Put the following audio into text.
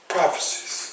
Prophecies